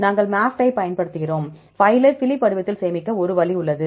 நாங்கள் MAFFT ஐப் பயன்படுத்துகிறோம் பைலை Phylip வடிவத்தில் சேமிக்க ஒரு வழி உள்ளது